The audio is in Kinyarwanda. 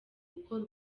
gukora